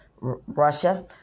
Russia